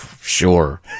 Sure